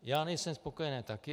Já nejsem spokojený taky.